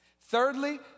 Thirdly